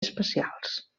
espacials